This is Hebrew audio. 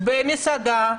במסעדות,